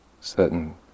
certain